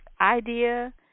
idea